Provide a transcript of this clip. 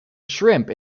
shrimp